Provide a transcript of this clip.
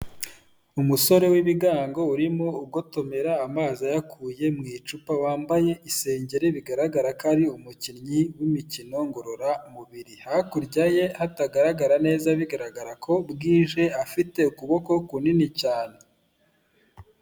Umusore w'ibigango, urimo ugotomera amazi ayakuye mu icupa, wambaye isengeri, bigaragara ko ari umukinnyi w'imikino ngororamubiri. Hakurya ye hatagaragara neza, bigaragara ko bwije, afite ukuboko kunini cyane.